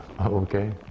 okay